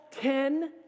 ten